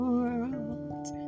world